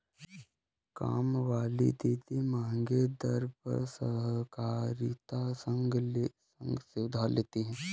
कामवाली दीदी महंगे दर पर सहकारिता संघ से उधार लेती है